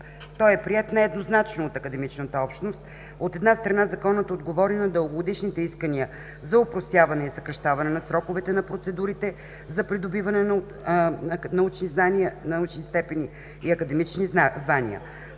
Той е приет нееднозначно от академичната общност. От една страна, Законът отговори на дългогодишните искания за опростяване и съкращаване на сроковете на процедурите за придобиване на научни степени и академични звания.